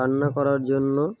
রান্না করার জন্য